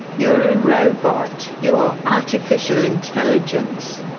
you're a robot. you are artificial intelligence.